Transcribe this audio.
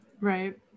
Right